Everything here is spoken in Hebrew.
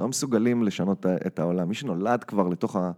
לא מסוגלים לשנות את העולם, מי שנולד כבר לתוך ה...